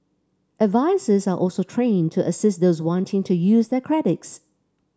advisers are also trained to assist those wanting to use their credits